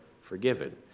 forgiven